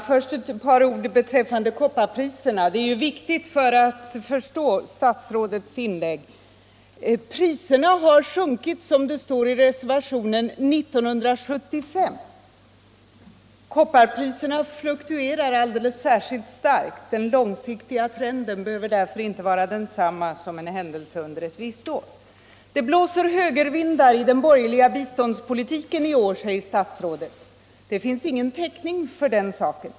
Först några ord beträffande kopparpriserna som statsrådet berörde. Priserna har sjunkit, som det står i reservationen, under 1975, men kopparpriserna fluktuerar särskilt starkt. Den långsiktiga trenden behöver därför inte vara densamma som förändringen under ett visst år skulle kunna tyda på. Det blåser högervindar i den borgerliga biståndspolitiken i år, säger statsrådet. Vad finns det för täckning för det påståendet?